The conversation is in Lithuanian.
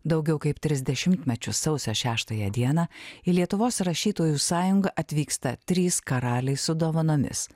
daugiau kaip tris dešimtmečius sausio šeštąją dieną į lietuvos rašytojų sąjungą atvyksta trys karaliai su dovanomis